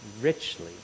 richly